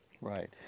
Right